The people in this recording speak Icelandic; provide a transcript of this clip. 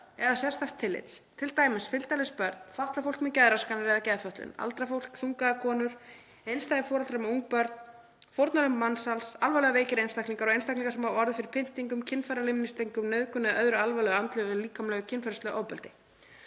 eða sérstaks tillits, t.d. fylgdarlaus börn, fatlað fólk, fólk með geðraskanir eða geðfötlun, aldrað fólk, þungaðar konur, einstæðir foreldrar með ung börn, fórnarlömb mansals, alvarlega veikir einstaklingar og einstaklingar sem hafa orðið fyrir pyndingum, kynfæralimlestingum, nauðgun eða öðru alvarlegu andlegu, líkamlegu eða kynferðislegu ofbeldi.““